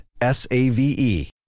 S-A-V-E